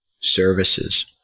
services